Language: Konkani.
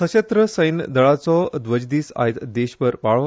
सशस्त्र सैन्य दळाचो ध्वजदीस आयज देशभर पाळ्ळो